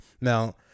now